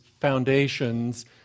foundations